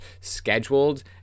scheduled